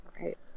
Right